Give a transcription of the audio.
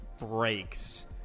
breaks